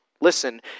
Listen